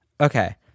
Okay